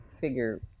figure